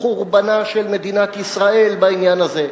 לחורבנה של מדינת ישראל בעניין הזה.